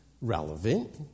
relevant